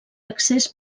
accés